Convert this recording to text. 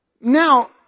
Now